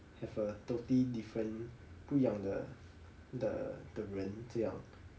have a totally different 不一样的的的人这样